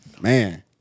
Man